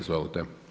Izvolite.